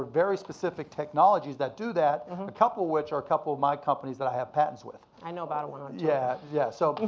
very specific technologies that do that, a couple of which are a couple of my companies that i have patents with. i know about one yeah yeah so